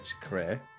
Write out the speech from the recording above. career